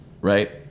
right